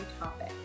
topic